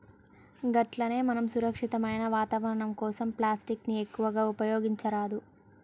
గట్లనే మనం సురక్షితమైన వాతావరణం కోసం ప్లాస్టిక్ ని ఎక్కువగా ఉపయోగించరాదు